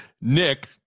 Nick